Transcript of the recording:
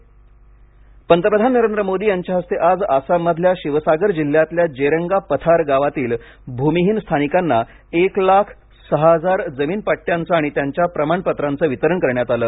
पंतप्रधान शिवसागर भूमीपद्वे वितरण पंतप्रधान नरेंद्र मोदी यांच्या हस्ते आज आसाममधल्या शिवसागर जिल्ह्यातल्या जेरेन्गा पथार गावातील भूमिहीन स्थानिकांना एक लाख सहा हजार जमीन पदृयांचं आणि त्यांच्या प्रमाणपत्रांचं वितरण करण्यात आलं